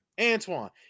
Antoine